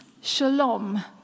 shalom